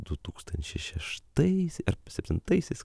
du tūkstančiai šeštais ar septintaisiais